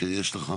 יש לך?